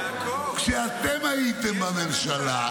כשאתם הייתם בממשלה.